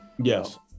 Yes